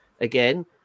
again